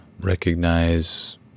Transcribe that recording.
recognize